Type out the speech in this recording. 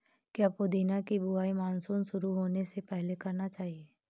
क्या पुदीना की बुवाई मानसून शुरू होने से पहले करना चाहिए?